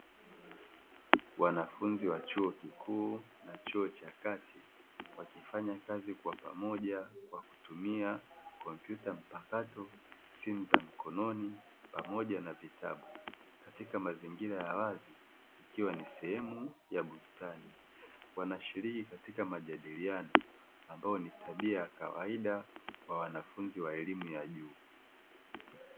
Wanafunzi wa chuo kikuu na chuo cha kati wakifanya kazi kwa pamoja kwa kutumia kompyuta mpakato, simu za mkononi, pamoja na vitabu katika mazingira ya wazi ikiwa ni sehemu ya bustani. Wanashiriki katika majadiliano ambayo ni tabia ya kawaida kwa wanafunzi wa elimu ya juu.